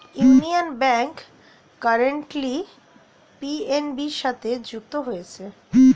union Bank currently PNB সাথে যুক্ত হয়েছে